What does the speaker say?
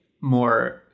more –